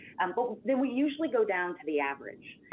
and but then, we usually go down to the average.